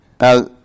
Now